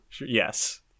Yes